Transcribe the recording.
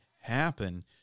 happen